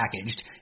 packaged